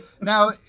Now